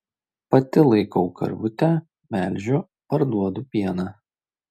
pati laikau karvutę melžiu parduodu pieną